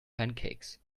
pancakes